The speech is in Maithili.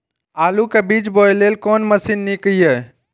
आलु के बीज बोय लेल कोन मशीन नीक ईय?